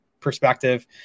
perspective